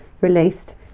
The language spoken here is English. released